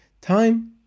time